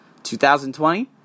2020